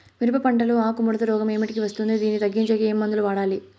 మిరప పంట లో ఆకు ముడత రోగం ఏమిటికి వస్తుంది, దీన్ని తగ్గించేకి ఏమి మందులు వాడాలి?